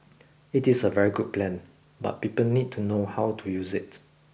it is a very good plan but people need to know how to use it